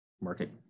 market